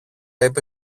είπε